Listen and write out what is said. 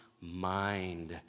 mind